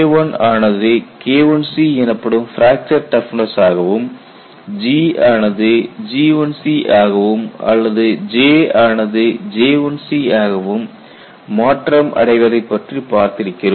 K1 ஆனது K1C எனப்படும் fracture toughness ஆகவும் G ஆனது G1C ஆகவும் அல்லது J ஆனது J1C ஆகவும் மாற்றம் அடைவதைப் பற்றி பார்த்திருக்கிறோம்